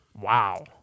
Wow